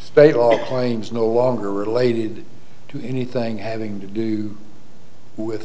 state law claims no longer related to anything having to do with